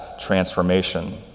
transformation